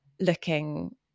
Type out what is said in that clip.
looking